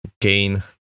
gain